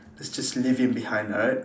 let's just leave him behind alright